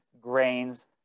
grains